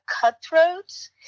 Cutthroats